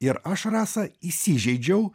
ir aš rasa įsižeidžiau